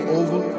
over